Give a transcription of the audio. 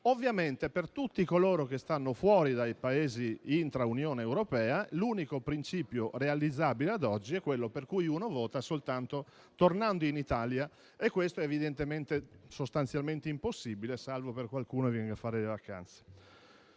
Ovviamente per tutti coloro che sono fuori dai Paesi dell'Unione europea l'unico principio realizzabile ad oggi è quello per cui si vota soltanto tornando in Italia e questo evidentemente è sostanzialmente impossibile, salvo per qualcuno che venga a fare le vacanze